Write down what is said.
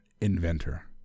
Inventor